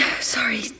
Sorry